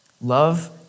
love